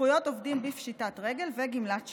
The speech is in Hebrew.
זכויות עובדים בפשיטת רגל וגמלת שאירים.